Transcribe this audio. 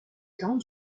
temps